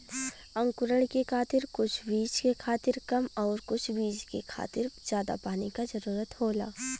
अंकुरण के खातिर कुछ बीज के खातिर कम आउर कुछ बीज के खातिर जादा पानी क जरूरत होला